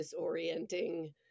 disorienting